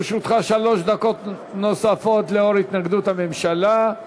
לרשותך שלוש דקות נוספות לאור התנגדות הממשלה.